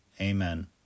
Amen